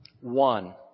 One